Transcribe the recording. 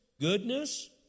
goodness